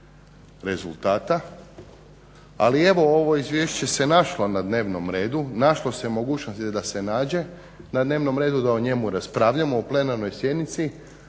rezultata, ali evo ovo izvješće se našlo na dnevnom redu, našlo se mogućnosti da se nađe na dnevnom redu, da o njemu raspravljamo na plenarnoj sjednici,